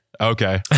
Okay